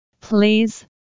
Please